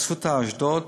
"אסותא" אשדוד,